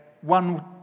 one